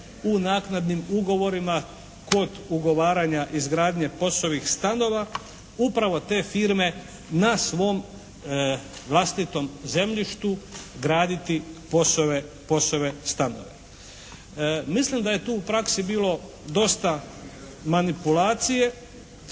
u naknadnim ugovorima kod ugovaranja izgradnje POS-ovih stanova upravo te firme na svom vlastitom zemljištu graditi POS-ove stanove. Mislim da je tu u praksi bilo dosta manipulacije,